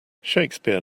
shakespeare